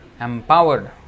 empowered